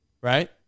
Right